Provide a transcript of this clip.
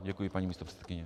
Děkuji, paní místopředsedkyně.